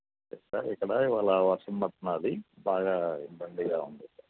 లేదు సార్ ఇక్కడ ఇవాళ వర్షం పడుతున్నాది బాగా ఇబ్బందిగా ఉంది